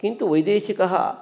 किन्तु वैदेशिकः